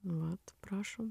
vat prašom